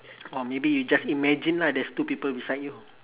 or maybe you just imagine lah there is two people beside you